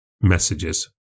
messages